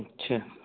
अच्छा